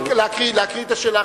להקריא את השאלה,